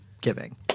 giving